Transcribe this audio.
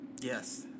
Yes